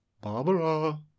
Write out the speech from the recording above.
Barbara